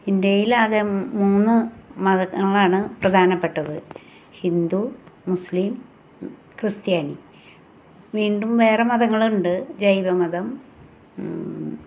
ഇന്ത്യയിലാകെ മൂ മൂന്ന് മതങ്ങളാണ് പ്രധാനപ്പെട്ടത് ഹിന്ദു മുസ്ലിം ക്രിസ്ത്യാനി വീണ്ടും വേറെ മതങ്ങളുണ്ട് ജൈന മതം